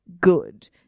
good